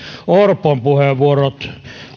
orpon puheenvuorot